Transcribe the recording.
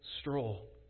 stroll